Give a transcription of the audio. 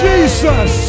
Jesus